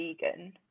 vegan